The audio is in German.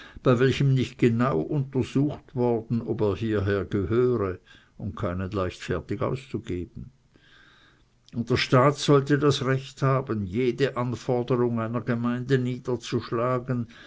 bei welchem nicht genau untersucht worden ob er hieher gehöre und keinen leichtfertig auszugeben und der staat sollte das recht haben jede anforderung einer gemeinde niederzuschlagen